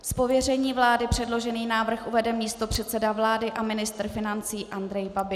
Z pověření vlády předložený návrh uvede místopředseda vlády a ministr financí Andrej Babiš.